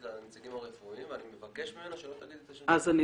הנציגים הרפואיים ואני מבקש ממנה שלא תגיד את השם --- אז אני